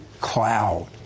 cloud